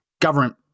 government